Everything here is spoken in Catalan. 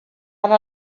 anar